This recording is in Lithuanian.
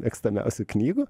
mėgstamiausių knygų